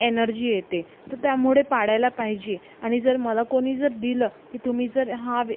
energy येते तर त्यामुळे पाळायला पाहिजे आणि जर मला कोणी जर दिलं की तुम्ही जर हा वे